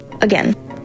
Again